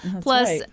plus